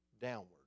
downward